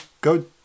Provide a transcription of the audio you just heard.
go